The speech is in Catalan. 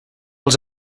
els